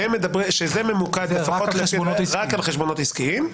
שזה ממוקד רק על החשבונות העסקיים,